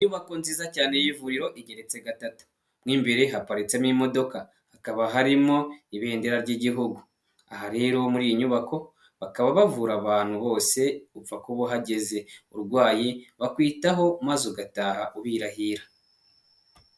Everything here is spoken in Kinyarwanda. Inyubako nziza y'ivuriro igeretse gatatu ,n'imbere haparitsemo imodoka ,hakaba harimo ibendera ry'igihugu .Aha rero muri iyi nyubako bakaba bavura abantu bose upfa kuba uhageze urwaye ,bakwitaho maze ugataha ubirahira.